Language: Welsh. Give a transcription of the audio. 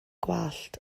gwallt